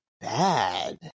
bad